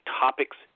topics